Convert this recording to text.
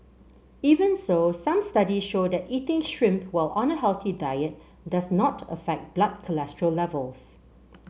even so some studies show that eating shrimp while on a healthy diet does not affect blood cholesterol levels